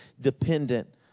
dependent